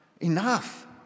enough